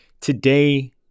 Today